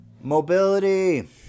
Mobility